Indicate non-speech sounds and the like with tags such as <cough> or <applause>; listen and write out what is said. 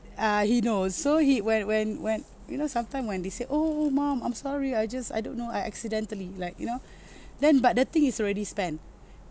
uh he knows so he when when when you know sometime when they say oh mom I'm sorry I just I don't know I accidentally like you know <breath> then but the thing is already spent